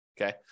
okay